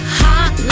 hot